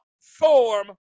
form